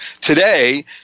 today